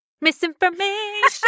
Misinformation